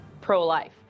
pro-life